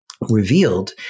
revealed